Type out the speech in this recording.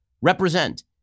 represent